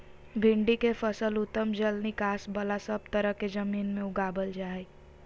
भिंडी के फसल उत्तम जल निकास बला सब तरह के जमीन में उगावल जा हई